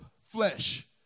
flesh